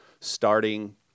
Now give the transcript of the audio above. starting